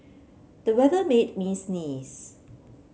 the weather made me sneeze